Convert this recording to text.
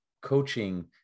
coaching